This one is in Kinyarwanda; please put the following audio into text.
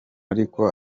ariko